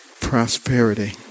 prosperity